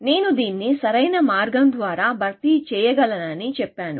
నేను దీన్ని సరైన మార్గం ద్వారా భర్తీ చేయగలనని చెప్పాను